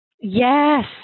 Yes